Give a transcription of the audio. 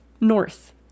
north